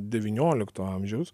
devyniolikto amžiaus